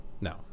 no